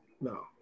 No